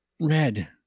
red